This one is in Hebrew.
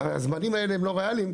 שהזמנים האלה הם לא ריאליים,